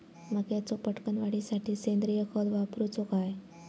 मक्याचो पटकन वाढीसाठी सेंद्रिय खत वापरूचो काय?